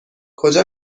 کجا